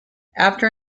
after